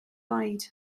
oed